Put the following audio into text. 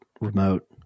remote